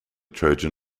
trojan